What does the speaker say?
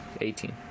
Eighteen